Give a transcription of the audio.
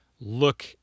look